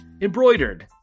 embroidered